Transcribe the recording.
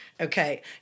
Okay